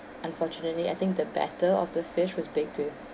unfortunately I think the batter of the fish was baked with